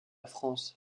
france